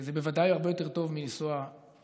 וזה בוודאי הרבה יותר טוב מלנסוע באוטו,